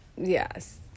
yes